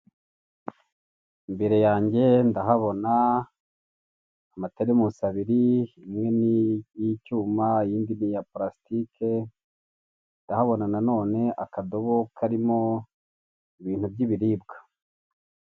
Imbere yange ndahabona amateremusi abiri, imwe ni iy'icyuma, iyindi n'iya parsitike, ndahabona na none akadobo karimo ibintu by'ibiribwa.